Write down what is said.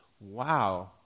wow